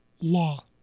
law